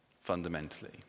Fundamentally